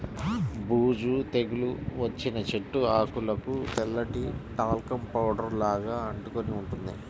బూజు తెగులు వచ్చిన చెట్టు ఆకులకు తెల్లటి టాల్కమ్ పౌడర్ లాగా అంటుకొని ఉంటుంది